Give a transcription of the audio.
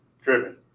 driven